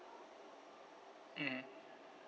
mm